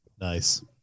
Nice